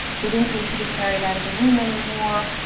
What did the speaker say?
he didn't need to be carried out of the room anymore,